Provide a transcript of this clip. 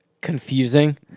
confusing